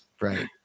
Right